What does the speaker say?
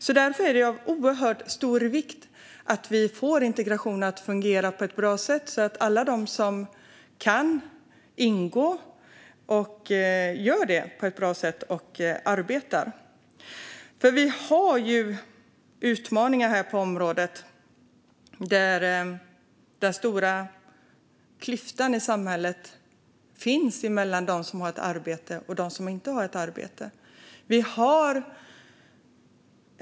Det är därför av oerhört stor vikt att vi får integrationen att fungera bra så att alla de som kan ingå också gör det på ett bra sätt och arbetar. Vi har utmaningar på området. Den stora klyftan i samhället finns mellan dem som har ett arbete och dem som inte har det.